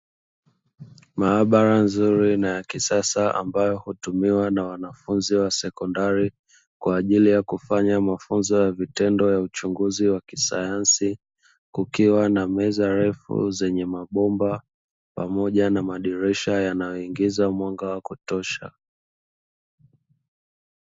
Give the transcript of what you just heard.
Maabara nzuri na ya kisasa ambayo hutumiwa na wanafunzi wa sekondari kwa ajili ya kufanya mafunzo ya vitendo ya uchunguzi wa kisayansi kukiwa na meza refu zenye mabomba pamoja na madirisha yanayoingiza mwanga wa kutosha.